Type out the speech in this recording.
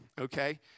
Okay